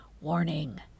Warning